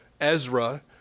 Ezra